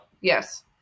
Yes